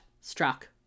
struck